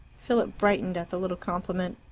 philip brightened at the little compliment.